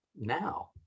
now